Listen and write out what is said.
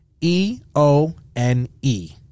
E-O-N-E